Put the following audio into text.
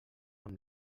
amb